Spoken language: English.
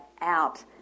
out